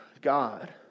God